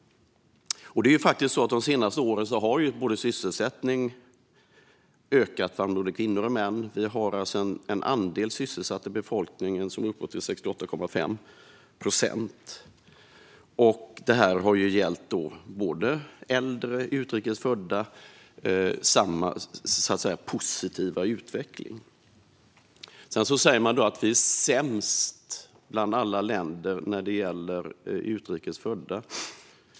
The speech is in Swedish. De senaste åren har sysselsättningen ökat bland både kvinnor och män. Vi har en andel sysselsatt befolkning som uppgår till 68,5 procent. Samma positiva utveckling har gällt både äldre och utrikes födda. Man säger att vi är sämst av alla länder när det gäller utrikes födda.